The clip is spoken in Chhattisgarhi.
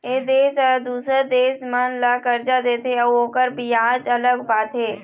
ए देश ह दूसर देश मन ल करजा देथे अउ ओखर बियाज अलग पाथे